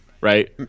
right